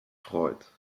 freut